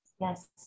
Yes